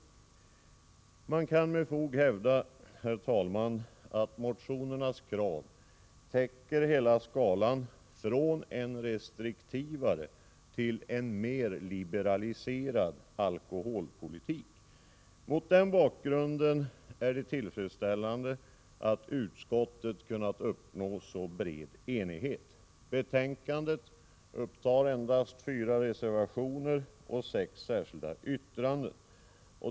Man kan med fog hävda, herr talman, att motionernas krav täcker hela skalan från en restriktivare till en mer liberaliserad alkoholpolitik. Mot den bakgrunden är det tillfredsställande att utskottet kunnat uppnå så bred enighet. Betänkandet upptar endast fyra reservationer och sex särskilda yttranden.